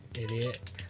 Idiot